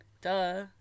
Duh